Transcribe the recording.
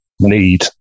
need